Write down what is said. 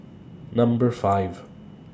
Number five